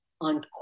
on